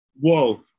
whoa